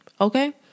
Okay